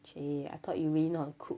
!chey! I thought you really know how to cook